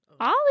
Ollie